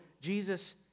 Jesus